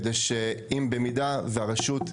כדי שאם במידה והרשות,